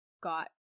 got